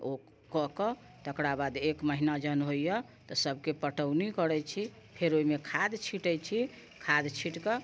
ओ कऽकऽ तेकरा बाद एक महिना जखन होइया तऽ सभकेँ पटौनी करैत छी फेर ओहिमे खाद छीँटैत छी खाद छीँटके